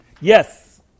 Yes